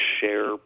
share